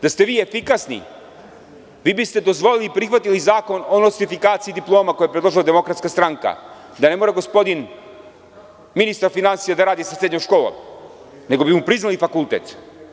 Da ste vi efikasni, vi biste dozvolili i prihvatili zakon o nostrifikaciji diploma koje je predložila DS, da ne mora gospodin ministar finansija da radi sa srednjom školom, nego bi mu priznali fakultet.